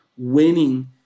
winning